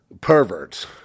perverts